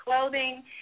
clothing